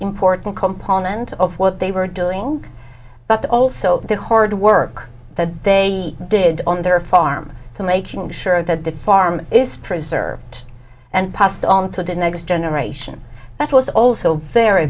important component of what they were doing but also the hard work that they did on their farm to make sure that that farm is preserved and passed on to the next generation that was also very